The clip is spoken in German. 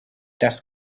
das